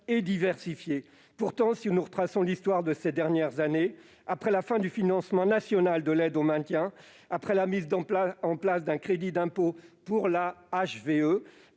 et diversifiée. Pourtant, si nous retraçons l'histoire de ces dernières années- fin du financement national de l'aide au maintien ; mise en place d'un crédit d'impôt pour la HVE